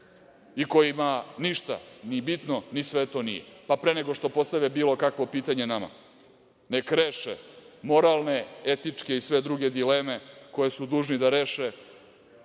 i kojima ništa ni bitno ni sveto nije. Pre nego što postave bilo kakvo pitanje nama neka reše moralne, etičke i sve druge dileme koje su dužni da reše